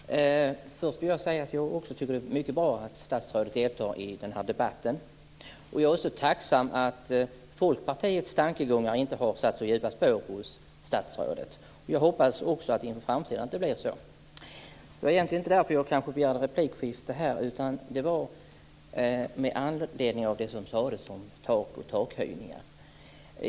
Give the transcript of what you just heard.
Herr talman! Först vill jag säga att jag också tycker att det är mycket bra att statsrådet deltar i debatten. Jag är också tacksam för att Folkpartiets tankegångar inte har satt så djupa spår hos statsrådet. Så hoppas jag också att det blir i framtiden. Det var inte därför jag begärde replik, utan med anledning av det som sades om takhöjningar.